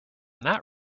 that